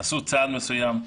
שעשו צעד מסוים,